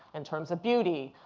in terms of beauty.